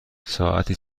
ساعتی